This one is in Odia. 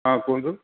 ହଁ କୁହନ୍ତୁ